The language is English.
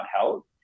help